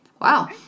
wow